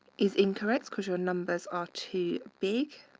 is incorrect because your numbers are too big.